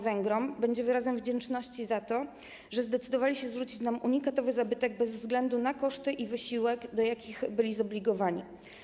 Węgrom będzie wyrazem wdzięczności za to, że zdecydowali się zwrócić nam unikatowy zabytek bez względu na koszty i wysiłek, do jakich byli zobligowani.